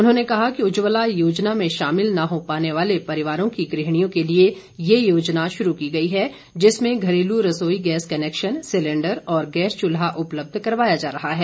उन्होंने कहा कि उज्ज्वला योजना में शामिल न हो पाने वाले परिवारों की गृहणियों के लिए ये योजना शुरू की गई है जिसमें घरेलू रसोई गैस कनेक्शन सिलेंडर और गैस चूल्हा उपलब्ध करवाया जा रहा है